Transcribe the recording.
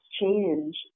change